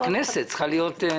הכנסת השתנתה.